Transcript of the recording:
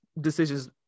decisions